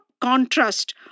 contrast